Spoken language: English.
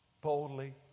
boldly